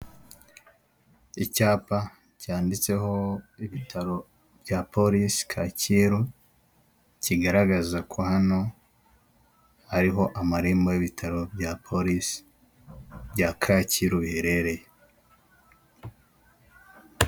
Icyapa cyanditseho ibitaro bya polisi Kacyiru kigaragaza ko hano hariho amarembo y'ibitaro bya polisi Bya Kacyiru biherereye.